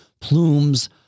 Plume's